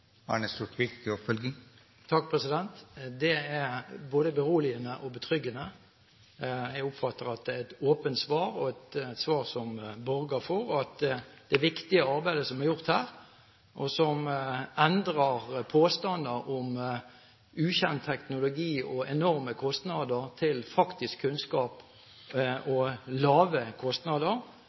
Det er både beroligende og betryggende. Jeg oppfatter at dette er et åpent svar, og et svar som borger for at det viktige arbeidet som er gjort her, og som endrer påstander om ukjent teknologi og enorme kostnader til faktisk kunnskap og lave kostnader,